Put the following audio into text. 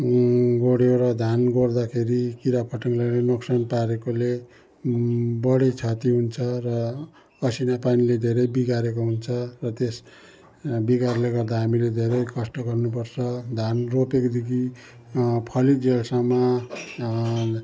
गोडेर धान गोड्दाखेरि किरा फटेङ्ग्राले नोकसान पारेकोले बडी क्षति हुन्छ र असिना पानीले धेरै बिगारेको हुन्छ त्यस बिगारले गर्दा हामीले धेरै कष्ट गर्नु पर्छ धान रोपेकोदेखि फलिन्जेलसम्म